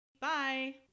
Bye